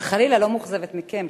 אבל חלילה לא מאוכזבת מכם,